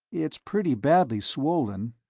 it's pretty badly swollen,